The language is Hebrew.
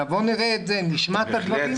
נבוא ונראה את זה, נשמע את הדברים.